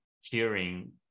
hearing